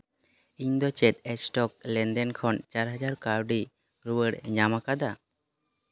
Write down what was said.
ᱤᱧᱫᱚ ᱪᱮᱫ ᱥᱴᱚᱠ ᱞᱮᱱᱫᱮᱱ ᱠᱷᱚᱱ ᱪᱟᱨ ᱦᱟᱡᱟᱨ ᱠᱟᱹᱣᱰᱤᱧ ᱨᱩᱣᱟᱹᱲ ᱧᱟᱢ ᱟᱠᱟᱫᱟ